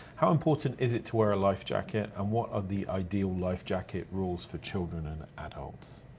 how important is it to wear a life jacket and what are the ideal life jacket rules for children and adults?